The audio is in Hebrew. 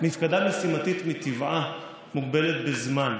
מפקדה משימתית מטבעה מוגבלת בזמן.